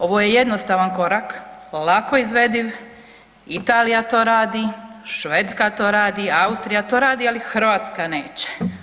Ovo je jednostavan korak, lako izvediv, Italija to radi, Švedska to radi, Austrija to radi, ali Hrvatska neće.